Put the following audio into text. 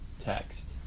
text